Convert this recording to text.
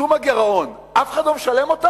צמצום הגירעון, אף אחד לא משלם אותם,